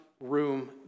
room